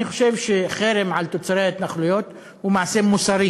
אני חושב שחרם על תוצרי ההתנחלויות הוא מעשה מוסרי,